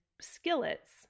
skillets